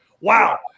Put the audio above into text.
Wow